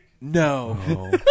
No